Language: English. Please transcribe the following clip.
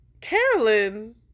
Carolyn